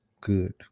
Good